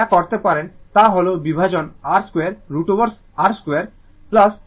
আপনি যা করতে পারেন তা হল বিভাজন R 2 √ R 2 1 অ্যাপন ω c 2 দিয়ে